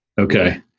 Okay